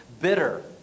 bitter